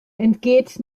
entgeht